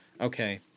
okay